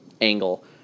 angle